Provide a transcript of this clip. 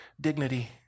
Dignity